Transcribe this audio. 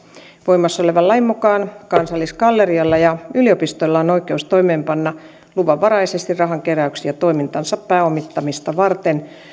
voimassa olevan lain mukaan kansallisgallerialla ja yliopistoilla on oikeus toimeenpanna luvanvaraisesti rahankeräyksiä toimintansa pääomittamista varten